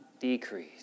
decrease